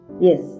Yes